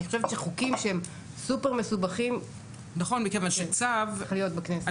אני חושבת שחוקים שהם סופר מסובכים צריכים להיות בכנסת.